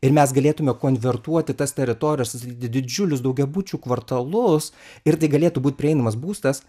ir mes galėtume konvertuoti tas teritorijas didžiulis daugiabučių kvartalus ir tai galėtų būti prieinamas būstas